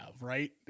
right